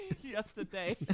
yesterday